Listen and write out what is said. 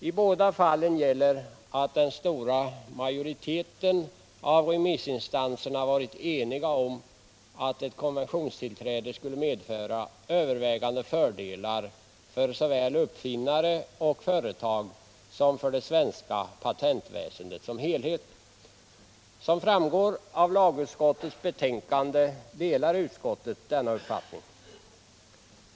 I båda fallen gäller, att den stora majoriteten av remissinstanserna varit eniga om att ett konventionstillträde skulle medföra övervägande fördelar för såväl uppfinnare och företag som för det svenska patentväsendet som helhet. Som framgår av lagutskottets betänkande delar utskottet denna uppfattning.